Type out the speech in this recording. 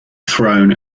throne